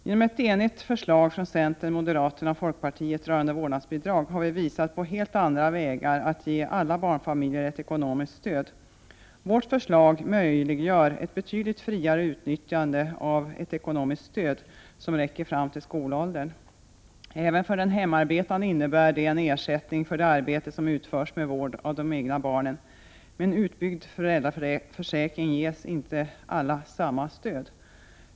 Genom ett enigt förslag från centern, moderaterna och folkpartiet rörande vårdnadsbidrag har vi visat på helt andra vägar att ge alla barnfamiljer ett ekonomiskt stöd. Vårt förslag möjliggör ett betydligt friare utnyttjande av ett ekonomiskt stöd och räcker fram till skolåldern. Även för den hemarbetande innebär det en ersättning för det arbete som utförs med vård av de egna barnen. Med en utbyggd föräldraförsäkring ges inte alla samma stöd.